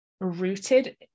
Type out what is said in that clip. rooted